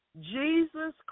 Jesus